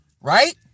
Right